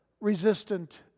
resistant